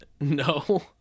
No